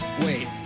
Wait